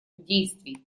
действий